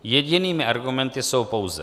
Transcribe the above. Jedinými argumenty jsou pouze: